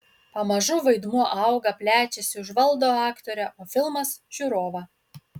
pamažu vaidmuo auga plečiasi užvaldo aktorę o filmas žiūrovą